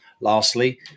Lastly